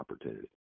opportunity